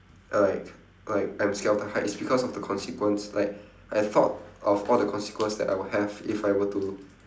like like I'm scared of the height is because of the consequence like I thought of all the consequence that I would have if I were to